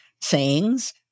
sayings